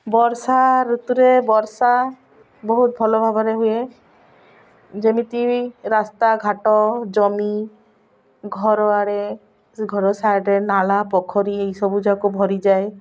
ବର୍ଷା ଋତୁରେ ବର୍ଷା ବହୁତ ଭଲ ଭାବରେ ହୁଏ ଯେମିତି ରାସ୍ତା ଘାଟ ଜମି ଘର ଆଡ଼େ ସେ ଘର ସାଇଡ଼୍ରେ ନାଲା ପୋଖରୀ ଏଇସବୁ ଯାକ ଭରିଯାଏ